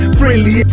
friendly